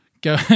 go